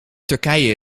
turkije